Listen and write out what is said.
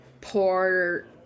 poor